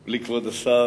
בלי כבוד השר,